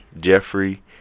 Jeffrey